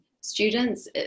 students